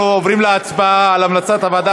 אנחנו עוברים להצבעה על המלצת הוועדה